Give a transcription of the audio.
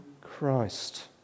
Christ